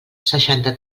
seixanta